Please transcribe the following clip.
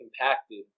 compacted